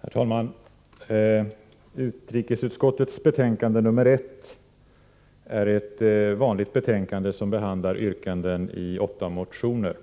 Herr talman! Utrikesutskottets betänkande nr 1 är ett vanligt betänkande som behandlar yrkanden i åtta motioner.